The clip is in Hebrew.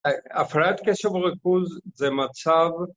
‫הפרעת קשב וריכוז זה מצב...